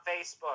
Facebook